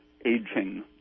aging